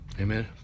Amen